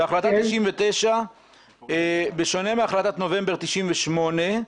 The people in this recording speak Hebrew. בשונה מההחלטה בנובמבר 98',